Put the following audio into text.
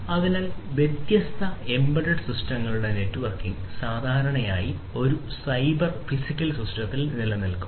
അതിനാൽ വ്യത്യസ്ത എംബെഡെഡ് സിസ്റ്റങ്ങളുടെ നെറ്റ്വർക്കിംഗ് സാധാരണയായി ഒരു സൈബർ ഫിസിക്കൽ സിസ്റ്റത്തിൽ നിലനിൽക്കും